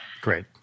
Great